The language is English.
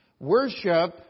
Worship